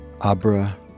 Abra